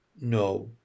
No